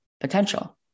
potential